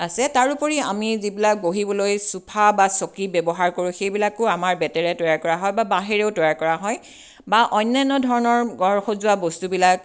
আছে তাৰোপৰি আমি যিবিলাক বহিবলৈ চোফা বা চকী ব্যৱহাৰ কৰোঁ সেইবিলাকো আমাৰ বেতেৰে তৈয়াৰ কৰা হয় বা বাঁহেৰেও তৈয়াৰ কৰা হয় বা অন্যান্য ধৰণৰ ঘৰ সজোৱা বস্তুবিলাক